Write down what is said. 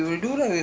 pass on